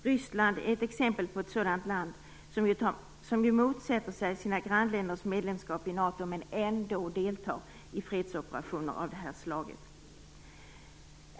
Ryssland är ett exempel på ett sådant land som ju motsätter sig sina grannländers medlemskap i NATO men ändå deltar i fredsoperationer av det här slaget.